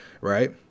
right